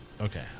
Okay